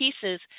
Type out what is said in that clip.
pieces